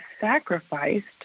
sacrificed